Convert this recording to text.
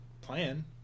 plan